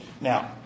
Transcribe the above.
Now